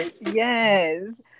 Yes